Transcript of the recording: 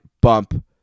Bump